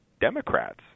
Democrats